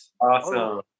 Awesome